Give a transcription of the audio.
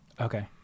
okay